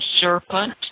serpent